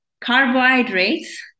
carbohydrates